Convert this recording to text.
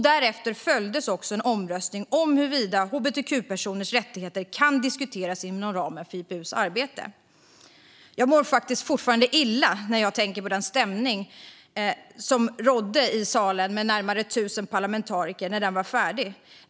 Därefter följde en omröstning om huruvida hbtq-plus-personers rättigheter kan diskuteras inom ramen för IPU:s arbete. Jag mår fortfarande illa när jag tänker på den stämning som rådde i salen med närmare 1 000 parlamentariker efter att omröstningen var klar.